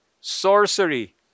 sorcery